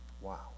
Wow